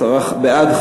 השרה: בעד,